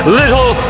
little